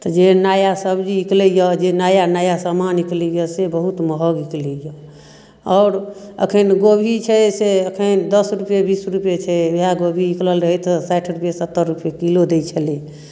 तऽ जे नया सब्जी निकलैय जे नया नया सामान निकलैय से बहुत महग निकलै यऽ आओर अखन गोभी छै से अखन दस रूपैये बीस रूपैये छै ओएह गोभी निकलल रहै तऽ साठि रूपैये सत्तर रूपाये किलो दै छलै